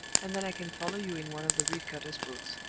and then i can follow you in one of the reed-cutters' boats.